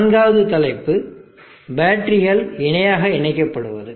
நான்காவது தலைப்பு பேட்டரிகள் இணையாக இணைக்கப்படுவது